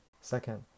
second